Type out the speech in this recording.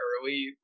early